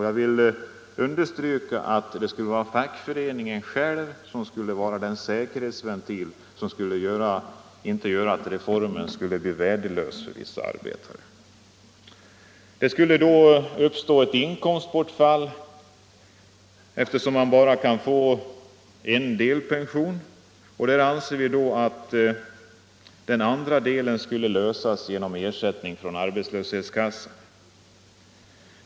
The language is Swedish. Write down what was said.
Jag vill understryka att fackföreningen själv skulle vara den säkerhetsventil som gör att reformen inte blir värdelös för vissa arbetare. Det skulle uppstå ett inkomstbortfall när man bara kan få delpension, och vi anser att den andra delen skall klaras genom ersättning från arbetslöshetskassan.